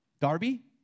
Darby